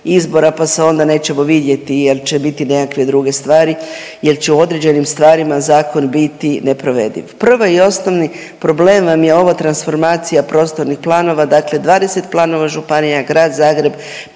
pa se onda nećemo vidjeti jel će biti nekakve druge stvari, jel će u određenim stvarima zakon biti neprovediv. Prvi i osnovni problem vam je ova transformacija prostornih planova, dakle 20 planova županija, Grad Zagreb,